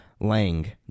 Lang